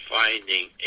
finding